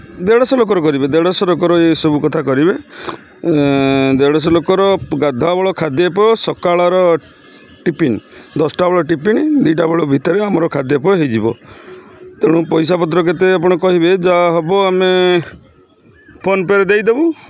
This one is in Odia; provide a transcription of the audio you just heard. ଦେଢ଼ଶହ ଲୋକର କରିବେ ଦେଢ଼ଶହ ଲୋକର ଏସବୁ କଥା କରିବେ ଦେଢ଼ଶହ ଲୋକର ଗାଧୁଆ ବେଳ ଖାଦ୍ୟପେୟ ସକାଳର ଟିଫିନ୍ ଦଶଟା ବେଳ ଟିଫିନ୍ ଦୁଇଟା ବେଳ ଭିତରେ ଆମର ଖାଦ୍ୟପେୟ ହୋଇଯିବ ତେଣୁ ପଇସା ପତ୍ର କେତେ ଆପଣ କହିବେ ଯାହା ହେବ ଆମେ ଫୋନ୍ପେ'ରେ ଦେଇଦେବୁ